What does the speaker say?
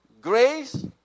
grace